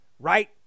Right